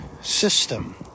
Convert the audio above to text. system